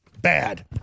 bad